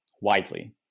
widely